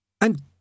And